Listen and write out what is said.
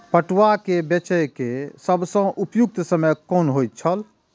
पटुआ केय बेचय केय सबसं उपयुक्त समय कोन होय छल?